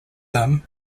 him